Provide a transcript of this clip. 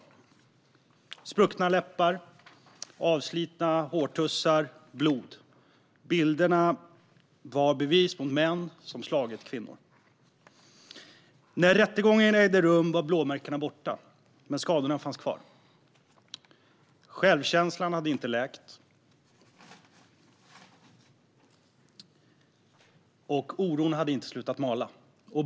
Det handlar om spruckna läppar, avslitna hårtussar och blod. Bilderna var bevis mot män som slagit kvinnor. När rättegången ägde rum var blåmärkena borta, men skadorna fanns kvar. Självkänslan hade inte läkt, och oron hade inte slutat mala.